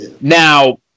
Now